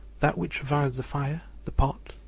that which provides the fire, the pot,